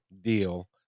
deal